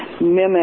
mimic